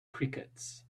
crickets